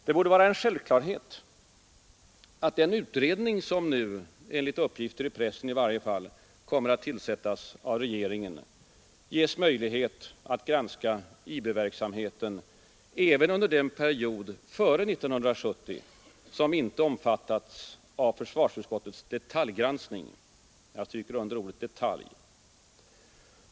Det borde vara en självklarhet att den utredning som nu, i varje fall enligt uppgifter i pressen, kommer att tillsättas av regeringen ges möjlighet att granska IB-verksamheten även under den period före 1970 som inte omfattats av försvarsutskottets detaljgranskning — jag understryker ordet detalj.